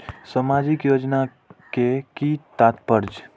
सामाजिक योजना के कि तात्पर्य?